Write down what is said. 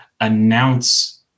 announce